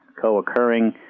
co-occurring